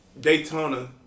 Daytona